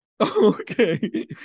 Okay